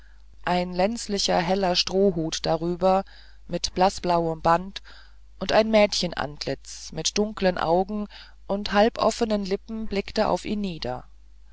ein lenzlicher heller strohhut darüber mit blaßblauem band und ein mädchenantlitz mit dunklen augen und halboffenen lippen blickte auf ihn nieder